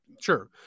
Sure